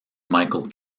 michael